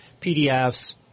PDFs